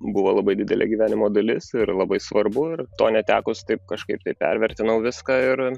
buvo labai didelė gyvenimo dalis ir labai svarbu ir to netekus taip kažkaip tai pervertinau viską ir